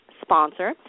sponsor